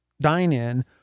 dine-in